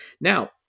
Now